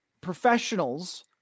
professionals